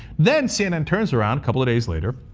then cnn turns around, a couple of days later.